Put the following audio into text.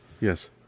Yes